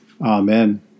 Amen